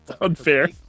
unfair